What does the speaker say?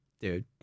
Dude